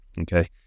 Okay